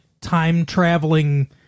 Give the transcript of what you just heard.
time-traveling